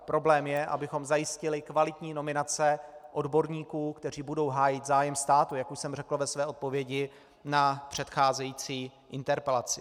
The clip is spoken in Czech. Problém je, abychom zajistili kvalitní nominace odborníků, kteří budou hájit zájem státu, jak už jsem řekl ve své odpovědi na předcházející interpelaci.